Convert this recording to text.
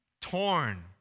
torn